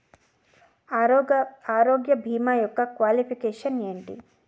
ఆరోగ్య భీమా యెక్క క్వాలిఫికేషన్ ఎంటి?